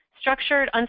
structured